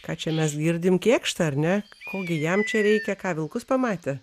ką čia mes girdim kėkštą ar ne ko gi jam čia reikia ką vilkus pamatė